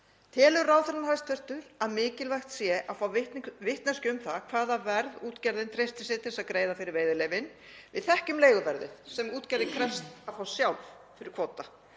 Telur hæstv. ráðherra mikilvægt að fá vitneskju um það hvaða verð útgerðin treystir sér til að greiða fyrir veiðileyfin? Við þekkjum leiguverðið sem útgerðin krefst að fá sjálf fyrir kvóta.